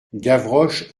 gavroche